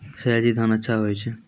सयाजी धान अच्छा होय छै?